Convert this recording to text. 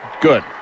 good